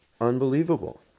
Unbelievable